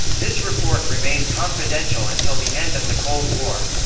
this report remained confidential until the end of the cold war.